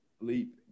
leap